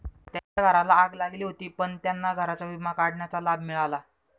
त्यांच्या घराला आग लागली होती पण त्यांना घराचा विमा काढण्याचा लाभ मिळाला